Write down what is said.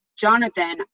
Jonathan